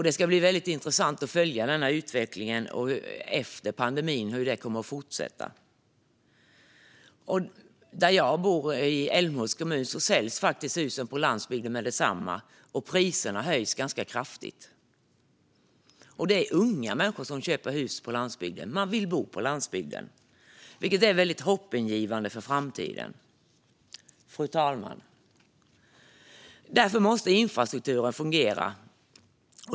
Det ska bli väldigt intressant att följa den utvecklingen efter pandemin och se hur det kommer att fortsätta. Där jag bor i Älmhults kommun säljs husen på landsbygden med detsamma, och priserna höjs ganska kraftigt. Det är unga människor som köper hus på landsbygden. De vill bo på landsbygden, vilket är väldigt hoppingivande för framtiden. Fru talman! Därför måste infrastrukturen fungera.